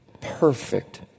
perfect